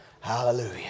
Hallelujah